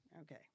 okay